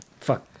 Fuck